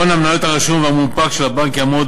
הון המניות הרשום והמונפק של הבנק יעמוד